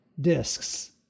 discs